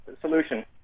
solution